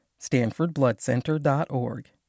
StanfordBloodCenter.org